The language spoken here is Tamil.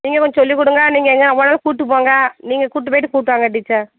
நீங்கள் கொஞ்சம் சொல்லிக் கொடுங்க நீங்கள் எங்கே போனாலும் கூட்டு போங்க நீங்கள் கூட்டு போய்ட்டு கூட்டு வாங்க டீச்சர்